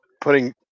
putting